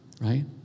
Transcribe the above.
right